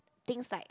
things like